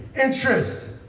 interest